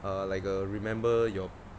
uh like uh remember your